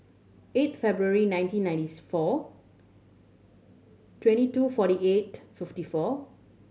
eight February nineteen ninety four twenty two forty eight fifty four